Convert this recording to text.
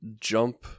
jump